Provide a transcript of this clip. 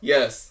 Yes